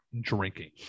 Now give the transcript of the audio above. drinking